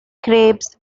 crepes